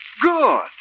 Good